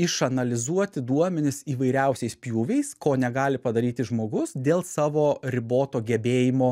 išanalizuoti duomenis įvairiausiais pjūviais ko negali padaryti žmogus dėl savo riboto gebėjimo